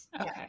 Okay